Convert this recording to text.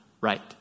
right